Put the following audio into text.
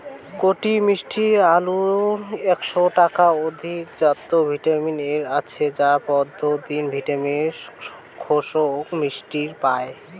কটি মিষ্টি আলুত একশ টার অধিক জাতত ভিটামিন এ আছে যা পত্যিদিন ভিটামিনের খোরাক মিটির পায়